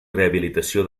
rehabilitació